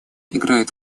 играет